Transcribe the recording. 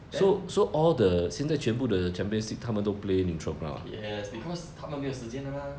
then yes because 他们没有时间的吗